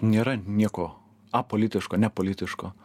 nėra nieko apolitiško nepolitiško